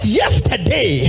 yesterday